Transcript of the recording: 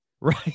right